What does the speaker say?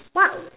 what